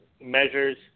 measures